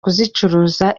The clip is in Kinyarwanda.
kuzicuruza